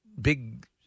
big